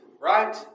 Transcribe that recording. Right